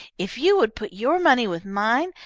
if you would put your money with mine,